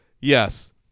yes